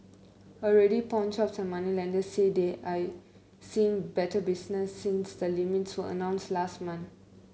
already pawnshops and moneylenders say they are seeing better business since the limits were announced last month